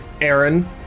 Aaron